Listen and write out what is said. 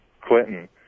Clinton